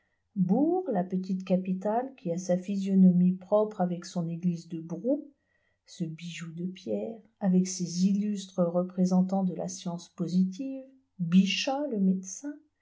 bourg la petite capitale qui a sa physionomie propre avec son église de brou ce bijou de pierre avec ses illustres représentants de la science positive bichat le médecin